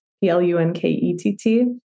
P-L-U-N-K-E-T-T